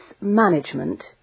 management